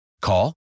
Call